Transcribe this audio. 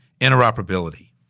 interoperability